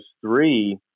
three